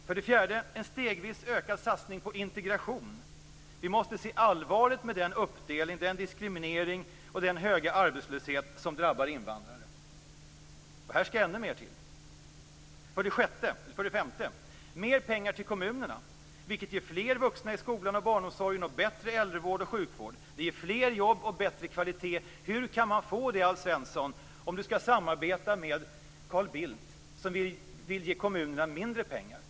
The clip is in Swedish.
För det fjärde: En stegvis ökad satsning på integration. Vi måste se allvaret i den uppdelning, diskriminering och höga arbetslöshet som nu drabbar invandrare. Här måste ännu mer till. För det femte: Mer pengar till kommunerna, vilket ger fler vuxna i skolan och barnomsorgen och bättre äldrevård och sjukvård. Det ger fler jobb och bättre kvalitet. Hur kan man få det, Alf Svensson, om du skall samarbete med Carl Bildt, som vill ge kommunerna mindre pengar?